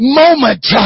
moment